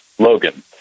Logan